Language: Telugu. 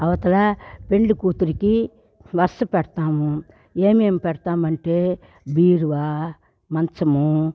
అవతల పెండ్లి కూతురుకి వస్తు పెడతాము ఏమేం పెడతామంటే బీరువా మంచము